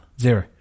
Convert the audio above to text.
Zero